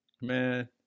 Man